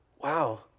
wow